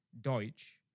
Deutsch